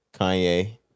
Kanye